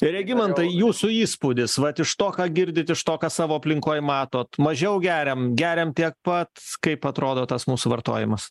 regimantai jūsų įspūdis vat iš to ką girdit iš to ką savo aplinkoj matot mažiau geriam geriam tiek pat kaip atrodo tas mūsų vartojimas